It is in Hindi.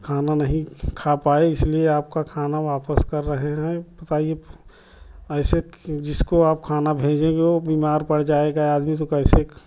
खाना नहीं खा पाए इसलिए आपका खाना वापस कर रहे हैं बताइए ऐसे जिसको आप खाना भेजेंगे वह बीमार पड़ जाएगा आदमी को कैसे